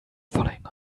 following